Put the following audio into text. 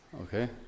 Okay